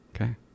Okay